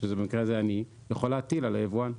במקרה הזה אני יכול להטיל על היבואן.